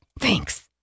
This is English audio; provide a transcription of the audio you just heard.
Thanks